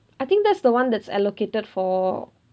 I think that's the one that's allocated for